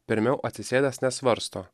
pirmiau atsisėdęs nesvarsto